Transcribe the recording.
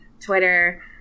Twitter